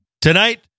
Tonight